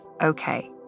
okay